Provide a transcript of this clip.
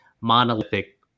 monolithic